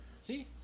See